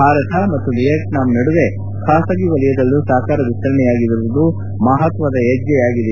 ಭಾರತ ಮತ್ತು ವಿಯೆಟ್ನಾಂ ನಡುವೆ ಖಾಸಗಿ ವಲಯದಲ್ಲೂ ಸಹಕಾರ ವಿಸ್ತರಣೆಯಾಗಿರುವುದು ಮಹತ್ವದ ಹೆಜ್ಜೆಯಾಗಿದೆ ಎಂದು ಅವರು ಹೇಳಿದರು